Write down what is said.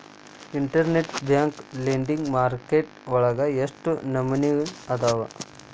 Internet bank lending market ವಳಗ ಎಷ್ಟ್ ನಮನಿಅದಾವು?